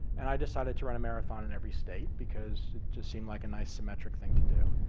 and i decided to run a marathon in every state, because it just seemed like a nice symmetric thing to do,